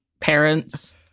parents